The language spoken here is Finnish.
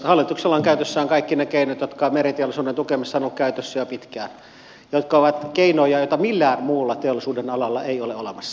hallituksella on käytössään kaikki ne keinot jotka meriteollisuuden tukemisessa ovat olleet käytössä jo pitkään jotka ovat keinoja joita millään muulla teollisuudenalalla ei ole olemassa